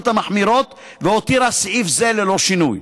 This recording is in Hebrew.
המחמירות והותירה סעיף זה ללא שינוי.